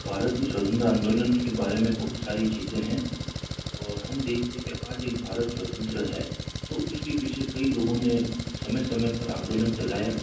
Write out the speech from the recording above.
भारत में स्वतंत्र आंदोलन के बारे में बहुत सारी चीज़ें हैं और हम देखते हैं कि आज एक भारत स्वतंत्र है तो उसके पीछे कई लोगों ने समय समय पर आंदोलन चलाया